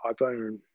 iPhone